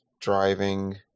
driving